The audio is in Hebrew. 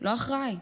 לא אחראי.